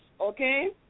okay